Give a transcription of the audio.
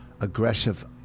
aggressive